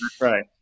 right